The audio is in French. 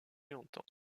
longtemps